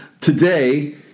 Today